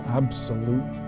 absolute